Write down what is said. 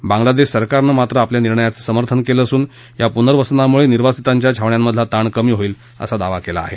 बांगलादेश सरकारनं मात्र आपल्या निर्णयाचं समर्थन केलं असून या प्नर्वसनामुळे निर्वासितांच्या छावण्यांमधला ताण कमी होईल असा दावा केला आहे